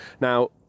now